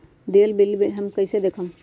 दियल बिजली बिल कइसे देखम हम?